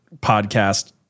podcast